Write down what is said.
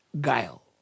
guile